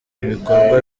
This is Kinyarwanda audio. ibikorwa